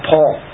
Paul